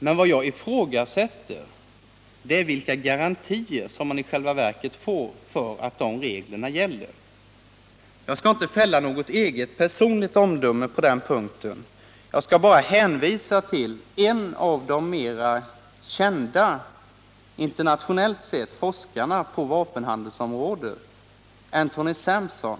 Men vad jag ifrågasätter är vilka garantier man i själva verket får för att de reglerna gäller. Jag skall inte fälla något personligt omdöme på den punkten. Jag skall bara hänvisa till en av de internationellt sett mer kända forskarna på vapenhandelsområdet, Anthony Sampson.